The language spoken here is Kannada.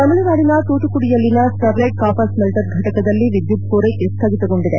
ತಮಿಳುನಾಡಿನ ತೂತುಕುಡಿಯಲ್ಲಿನ ಸ್ಪರ್ಲೈಟ್ ಕಾಪರ್ ಸ್ಪೆಲ್ಲರ್ ಫಟಕದಲ್ಲಿ ವಿದ್ಯುತ್ ಪೂರೈಕೆ ಸ್ವಗಿತಗೊಂಡಿದೆ